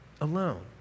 alone